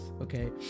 okay